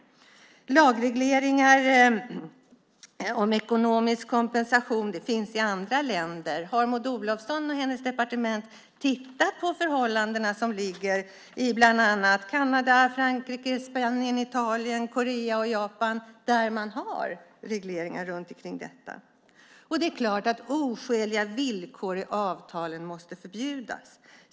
Lagregleringar om ekonomisk kompensation finns i andra länder. Har Maud Olofsson och hennes departement tittat på förhållandena i bland annat Kanada, Frankrike, Spanien, Italien, Korea och Japan? Där finns regleringar om detta. Oskäliga villkor i avtalen måste förbjudas.